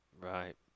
Right